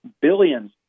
billions